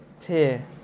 tear